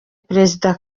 perezida